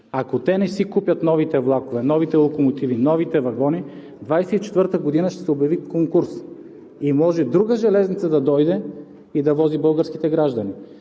Ако те не си купят новите влакове, новите локомотиви, новите вагони, през 2024 г. ще се обяви конкурс и може друга железница да дойде и да вози българските граждани.